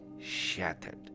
shattered